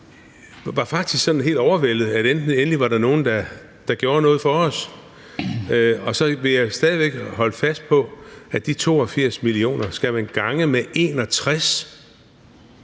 var faktisk sådan helt overvældet: Endelig var der nogen, der gjorde noget for os. Jeg vil stadig væk holde fast på, at de 82 mio. kr. skal man gange med 61